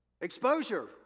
Exposure